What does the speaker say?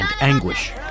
anguish